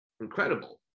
incredible